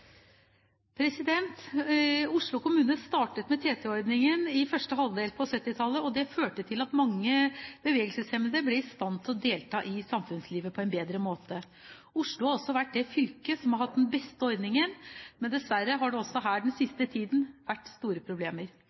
Oslo kommune startet med TT-ordningen i første halvdel av 1970-tallet. Det førte til at mange bevegelseshemmede ble i stand til å delta i samfunnslivet på en bedre måte. Oslo har også vært det fylket som har hatt den beste ordningen, men dessverre har det også her den siste tiden vært store problemer.